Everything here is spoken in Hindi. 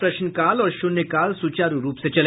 प्रश्नकाल और शून्यकाल सुचारू रूप से चले